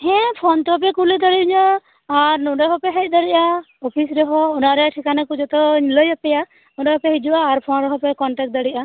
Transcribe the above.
ᱦᱮᱸ ᱯᱷᱳᱱ ᱛᱮᱦᱚᱸ ᱯᱮ ᱠᱩᱞᱤ ᱫᱟᱲᱮᱭᱟᱹᱧᱟᱹ ᱟᱨ ᱟᱨ ᱱᱚᱰᱮ ᱦᱚᱯᱮ ᱦᱮᱡ ᱫᱟᱲᱮᱭᱟᱜᱼᱟ ᱚᱯᱷᱤᱥ ᱨᱮ ᱦᱚᱸ ᱚᱲᱟᱜ ᱨᱮᱭᱟᱜ ᱴᱷᱤᱠᱟ ᱠᱚ ᱡᱚᱛᱚᱧ ᱞᱟᱹᱭ ᱟᱯᱮᱭᱟ ᱚᱲᱟᱜ ᱦᱚᱯᱮ ᱦᱤᱡᱩᱜᱼᱟ ᱯᱷᱳᱱ ᱨᱮᱦᱚᱸ ᱯᱮ ᱠᱚᱱᱴᱟᱠ ᱫᱟᱲᱮᱭᱟᱜᱼᱟ